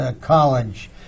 college